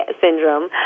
syndrome